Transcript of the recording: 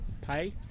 pay